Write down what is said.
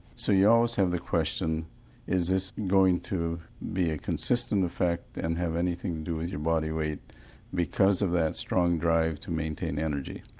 so you always have the question is this going to be a consistent effect and have anything to do with your body weight because of that strong drive to maintain energy.